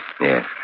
Yes